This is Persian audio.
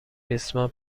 ریسمان